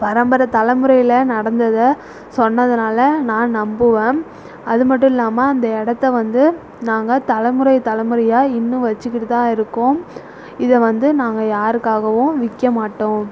பரம்பரை தலைமுறையில நடந்ததிய சொன்னதினால நான் நம்புவேன் அது மட்டுல்லாமல் அந்த இடத்த வந்து நாங்கள் தலைமுறை தலைமுறையா இன்னும் வச்சுக்கிட்டு தான் இருக்கோம் இதை வந்து நாங்கள் யாருக்காகவும் விற்க மாட்டோம்